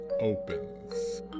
opens